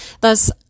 Thus